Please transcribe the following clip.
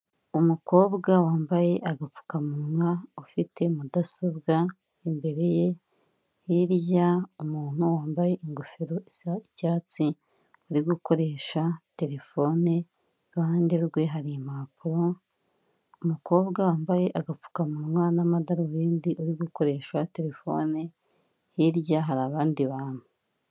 Umukobwa wambaye agapfukamunwa, ufite mudasobwa imbere ye, hirya umuntu wambaye ingofero isa icyatsi uri gukoresha telefone, iruhande rwe hari impapuro, umukobwa wambaye agapfukamunwa n'amadarubindi uri gukoresha telefone, hirya hari abandi bantu.